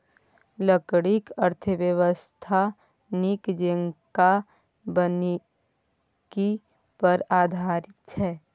लकड़ीक अर्थव्यवस्था नीक जेंका वानिकी पर आधारित छै